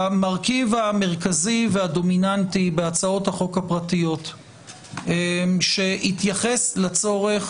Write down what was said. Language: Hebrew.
המרכיב המרכזי והדומיננטי בהצעות החוק הפרטיות שהתייחס לצורך